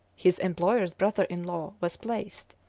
his employer's brother-in-law, was placed,